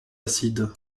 acide